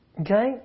Okay